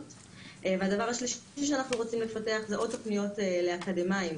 הדבר השלישי שאנחנו רוצים לפתח זה עוד תוכניות לאקדמאים,